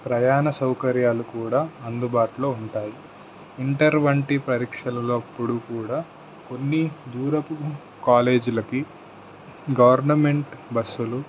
ప్రయాణ సౌకర్యాలు కూడా అందుబాటులో ఉంటాయి ఇంటర్ వంటి పరీక్షలలోప్పుడు కూడా కొన్ని దూరపు కాలేజీలకి గవర్నమెంట్ బస్సులు